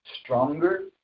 stronger